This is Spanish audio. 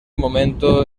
momento